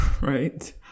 right